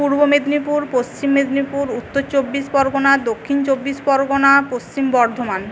Purba Medinipur Paschim Medinipur Uttar Chabbish Pargana Dakshin Chabbish Pargana Paschim Bardhaman